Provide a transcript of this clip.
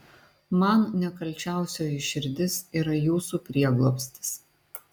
man nekalčiausioji širdis yra jūsų prieglobstis